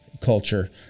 culture